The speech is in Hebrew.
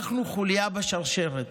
אנחנו חוליה בשרשרת,